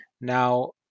Now